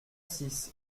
six